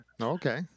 Okay